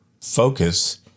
focus